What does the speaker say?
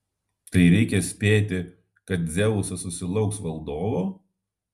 tai reikia spėti kad dzeusas susilauks valdovo